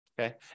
Okay